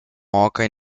hóquei